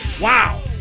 Wow